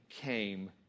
came